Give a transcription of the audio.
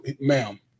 ma'am